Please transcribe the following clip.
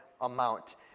amount